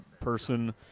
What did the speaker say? person